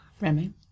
Remy